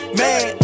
man